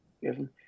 given